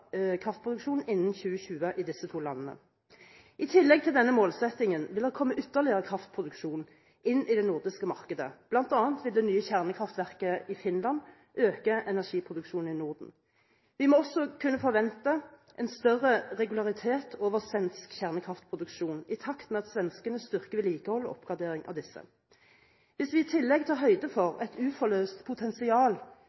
kraftproduksjon innen 2020 i disse to landene. I tillegg til denne målsettingen vil det komme ytterligere kraftproduksjon inn i det nordiske markedet, bl.a. vil det nye kjernekraftverket i Finland øke energiproduksjonen i Norden. Vi må også kunne forvente en større regularitet over svensk kjernekraftproduksjon i takt med at svenskene styrker vedlikehold og oppgradering av disse. Hvis vi i tillegg tar høyde